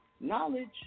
knowledge